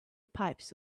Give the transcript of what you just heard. pipes